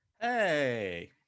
Hey